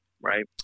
right